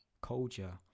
culture